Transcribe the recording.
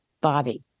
body